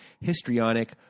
histrionic